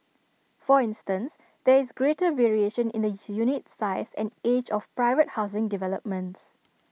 for instance there is greater variation in the unit size and age of private housing developments